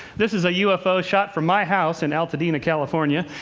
this is a ufo shot from my house in altadena, california,